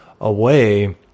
away